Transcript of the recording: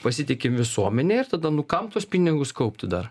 pasitikim visuomene ir tada nu kam tuos pinigus kaupti dar